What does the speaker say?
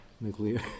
nuclear